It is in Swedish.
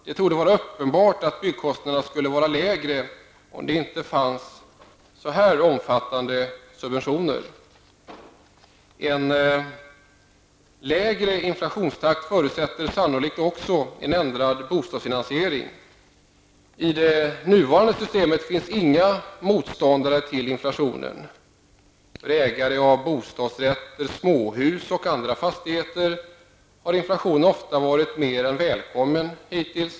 Det torde vara uppenbart att byggkostnaderna skulle vara lägre om det inte fanns så stora subventioner. En lägre inflationstakt förutsätter sannolikt också en ändring av bostadsfinansieringen. I det nuvarande systemet finns det inga motståndare till inflationen. För ägare av bostadsrätter, småhus och andra fastigheter har inflationen hittills ofta varit mer än välkommen.